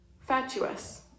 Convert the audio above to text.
Fatuous